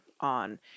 on